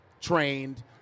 trained